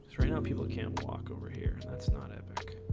right now people can't walk over here that's not